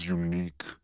unique